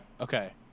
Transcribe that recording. Okay